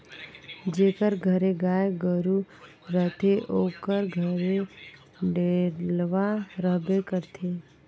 जेकर घरे गाय गरू रहथे ओकर घरे डेलवा रहबे करथे